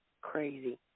Crazy